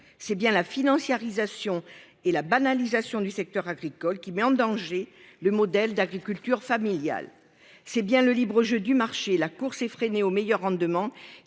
C'est bien la financiarisation et la banalisation du secteur agricole qui met en danger le modèle d'agriculture familiale, c'est bien le libre jeu du marché, la course effrénée au meilleur rendement